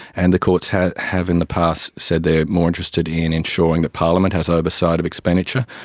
and the courts have have in the past said they are more interested in ensuring the parliament has oversight of expenditure.